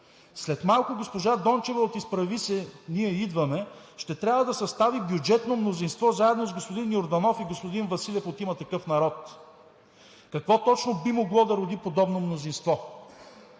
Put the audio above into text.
След малко госпожа Дончева от „Изправи се БГ! Ние идваме!“ ще трябва да състави бюджетно мнозинство заедно с господин Йорданов и господин Василев от „Има такъв народ“! Какво точно би могло да роди подобно мнозинство?!